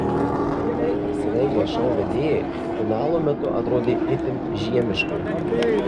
baltai apsirengę šou vedėjai finalo metu atrodė itin žiemiškai